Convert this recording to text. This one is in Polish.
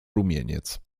rumieniec